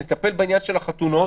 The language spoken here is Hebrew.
אומנם אני נציג הממשלה פה סביב השולחן,